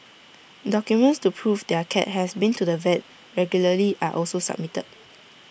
documents to prove their cat has been to the vet regularly are also submitted